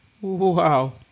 Wow